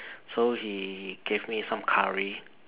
so he gave me some curry